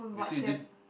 you see thi~